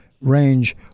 range